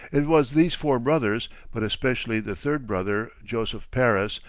it was these four brothers, but especially the third brother, joseph paris,